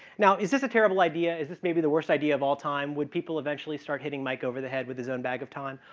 now, is this a terrible idea, is this maybe the worst idea of all time? would people eventually start hitting mike over the head with his own bag of time?